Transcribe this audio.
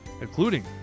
including